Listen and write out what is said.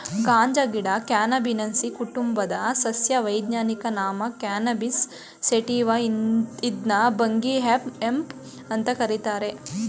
ಗಾಂಜಾಗಿಡ cannabinaceae ಕುಟುಂಬದ ಸಸ್ಯ ವೈಜ್ಞಾನಿಕ ನಾಮ ಕ್ಯಾನಬಿಸ್ ಸೇಟಿವ ಇದ್ನ ಭಂಗಿ ಹೆಂಪ್ ಅಂತ ಕರೀತಾರೆ